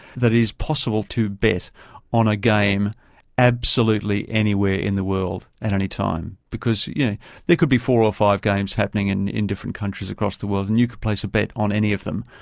that it is possible to bet on a game absolutely anywhere in the world at any time, because yeah there could be four or five games happening in in different countries across the world and you can place a bet on any of them,